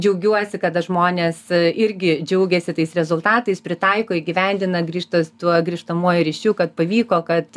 džiaugiuosi kada žmonės irgi džiaugiasi tais rezultatais pritaiko įgyvendina grįžta su tuo grįžtamuoju ryšiu kad pavyko kad